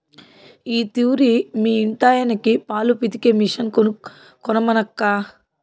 ఈ తూరి మీ ఇంటాయనకి పాలు పితికే మిషన్ కొనమనక్కా